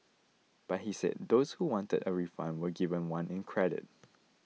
but he said those who wanted a refund were given one in credit